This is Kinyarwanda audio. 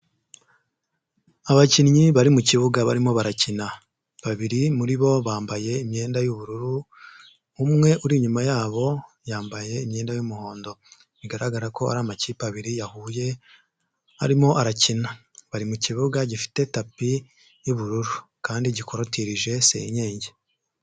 Abakinnyi bari mu kibuga barimo barakina, babiri muri bo bambaye imyenda y'ubururu umwe uri inyuma yabo yambaye imyenda y'umuhondo bigaragara ko ari amakipe abiri yahuye arimo arakina, bari mu kibuga gifite tapi y'ubururu kandi gikorotirije senyenge.